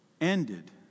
ended